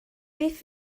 beth